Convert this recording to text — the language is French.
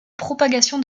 propagation